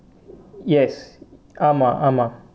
yes ஆமா ஆமா:aamaa aamaa